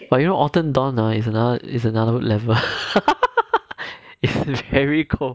but you know autumn dawn ah is another is another level it's it's very cold